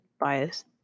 bias